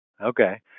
Okay